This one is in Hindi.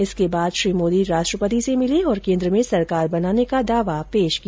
इसके बाद श्री मोदी राष्ट्रपति से मिले और केंद्र में सरकार बनाने का दावा पेश किया